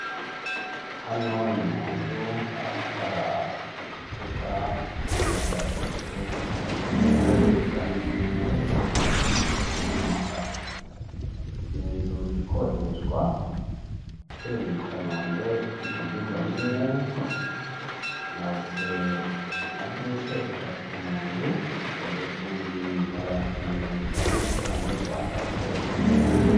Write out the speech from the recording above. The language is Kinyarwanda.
Hano ni mu nzu hari amatara mu gikuta andi matara hejuru inkuta zisize irangi ry'umweru harimo n'amakararo ni inzu ikodeshwa iherereye i kanombe ifite ibyumba bine na wese na dushe eshatu mu nzu ikodeshwa ibihumbi magana atatu na mirongo itanu y'amafaranga y'u Rwanda ku kwezi.